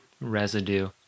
residue